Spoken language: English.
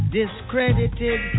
discredited